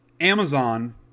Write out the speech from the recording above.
Amazon